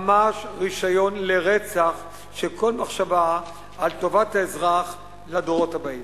ממש רשיון לרצח של כל מחשבה על טובת האזרח לדורות הבאים.